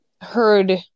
heard